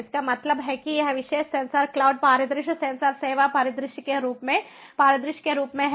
इसका मतलब है कि यह विशेष सेंसर क्लाउड परिदृश्य सेंसर सेवा परिदृश्य के रूप में परिदृश्य के रूप में है